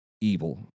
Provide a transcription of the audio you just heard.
evil